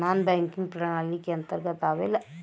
नानॅ banking प्रणाली के अंतर्गत आवेला